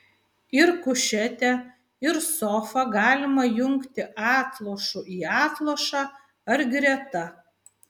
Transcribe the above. ir kušetę ir sofą galima jungti atlošu į atlošą ar greta